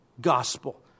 gospel